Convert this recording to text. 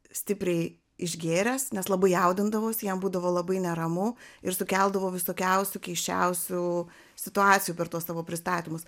stipriai išgėręs nes labai jaudindavosi jam būdavo labai neramu ir sukeldavo visokiausių keisčiausių situacijų per tuos savo pristatymus